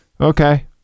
Okay